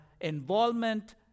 involvement